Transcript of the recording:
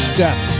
Step